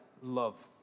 love